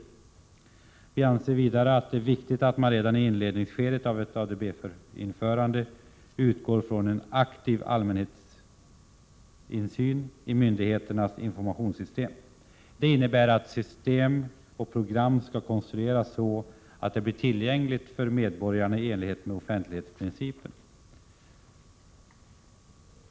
Vidare anser vi att det är viktigt att man redan i inledningsskedet av ett ADB-införande utgår från en aktiv allmänhetsinsyn i myndigheternas informationssystem. Detta innebär att system och program skall konstrueras så att de blir tillgängliga för medborgarna i enlighet med offentlighetsprincipen.